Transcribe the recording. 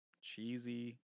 cheesy